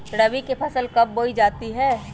रबी की फसल कब बोई जाती है?